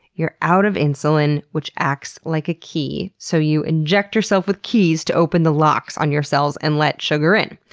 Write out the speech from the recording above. you're out of insulin, which acts like a key, so you inject yourself with keys to open the locks on your cells and let sugar in.